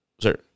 Sir